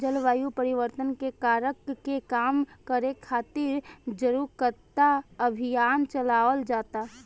जलवायु परिवर्तन के कारक के कम करे खातिर जारुकता अभियान चलावल जाता